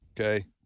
Okay